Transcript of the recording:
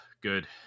good